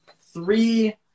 three